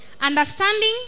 Understanding